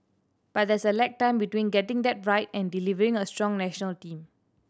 but there's a lag time between getting that right and delivering a strong national team